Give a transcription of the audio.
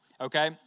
okay